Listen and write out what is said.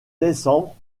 décembre